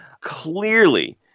Clearly